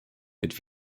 mit